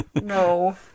No